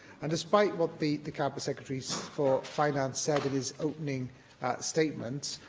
and despite what the the cabinet secretary for finance said in his opening statement,